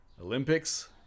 Olympics